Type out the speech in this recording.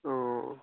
অঁ